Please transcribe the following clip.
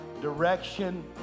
direction